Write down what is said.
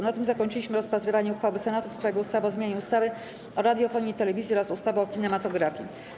Na tym zakończyliśmy rozpatrywanie uchwały Senatu w sprawie ustawy o zmianie ustawy o radiofonii i telewizji oraz ustawy o kinematografii.